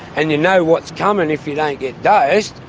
and you know what's coming if you don't get dosed.